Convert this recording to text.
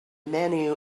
menu